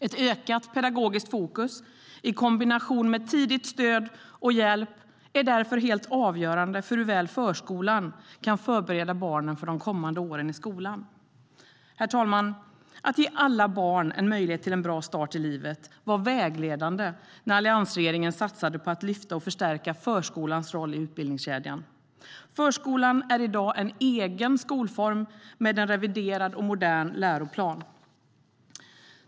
Ett ökat pedagogiskt fokus i kombination med tidigt stöd och hjälp är därför avgörande för hur väl förskolan kan förbereda barnen för de kommande åren i skolan. Herr talman! Att ge alla barn en möjlighet till en bra start i livet var vägledande när alliansregeringen satsade på att lyfta och förstärka förskolans roll i utbildningskedjan. Förskolan är i dag en egen skolform med en reviderad och modern läroplan.